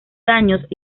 daños